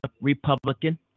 Republican